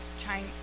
trying